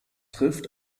trifft